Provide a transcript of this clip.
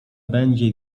będzie